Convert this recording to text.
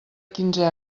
quinze